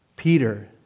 Peter